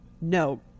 No